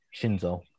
Shinzo